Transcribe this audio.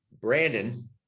Brandon